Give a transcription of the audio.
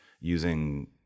using